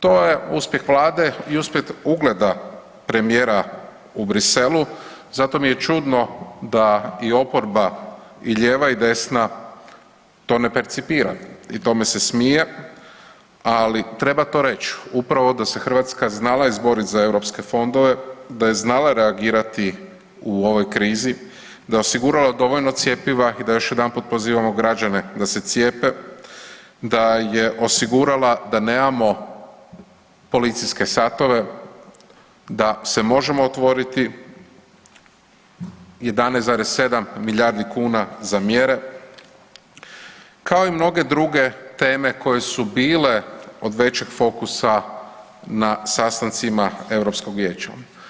To je uspjeh Vlade i uspjeh ugleda premijera u Bruxellesu zato mi je čudno da i oporba i lijeva i desna to ne percipira i tome se smije, ali treba to reć upravo da se Hrvatska znala izborit za europske fondove, da je znala reagirati u ovoj krizi, da je osigurala dovoljno cjepiva i da još jedanput pozivamo građane da se cijepe, da je osigurala da nemao policijske satove, da se možemo otvoriti 11,7 milijardi kuna za mjere kao i mnoge druge teme koje su bile od većeg fokusa na sastancima Europskog vijeća.